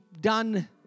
done